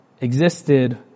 existed